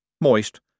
Moist